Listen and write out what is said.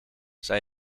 zij